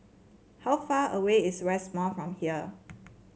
how far away is West Mall from here